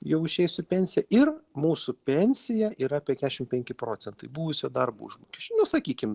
jau išėjus į pensiją ir mūsų pensija yra apie kešim penki procentai buvusio darbo užmokesčio nu sakykim